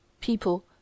People